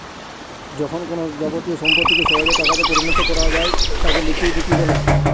যখন কোনো যাবতীয় সম্পত্তিকে সহজে টাকাতে পরিণত করা যায় তাকে লিকুইডিটি বলে